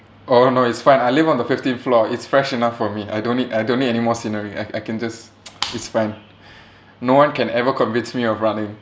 oh no it's fine I live on the fifteenth floor it's fresh enough for me I don't need I don't need any more scenery I can I can just it's fine no one can ever convince me of running